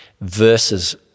versus